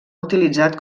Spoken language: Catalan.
utilitzat